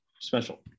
special